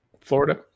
Florida